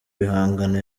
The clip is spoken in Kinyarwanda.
bihangano